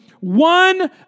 one